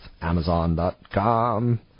Amazon.com